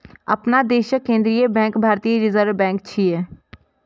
अपना देशक केंद्रीय बैंक भारतीय रिजर्व बैंक छियै